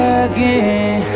again